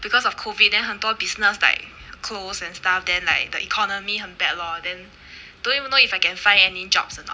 because of COVID then 很多 business like close and stuff then like the economy 很 bad lor then don't even know if I can find any jobs or not